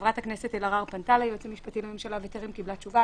חברת הכנסת אלהרר פנתה ליועץ המשפטי לממשלה וטרם קיבלה תשובה.